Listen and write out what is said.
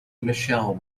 michelle